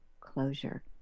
closure